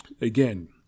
again